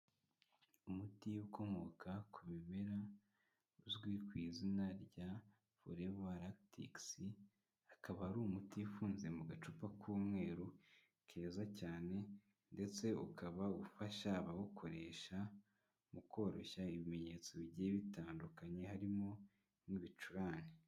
Umuti ukomoka ku bimera uzwi ku izina rya foreva ragitikisi, akaba ari umuti ufunze mu gacupa k'umweru keza cyane ndetse ukaba ufasha abawukoresha mu koroshya ibimenyetso bigiye bitandukanye harimo n'ibicurane.